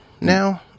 now